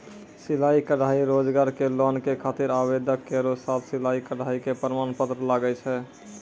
सिलाई कढ़ाई रोजगार के लोन के खातिर आवेदन केरो साथ सिलाई कढ़ाई के प्रमाण पत्र लागै छै?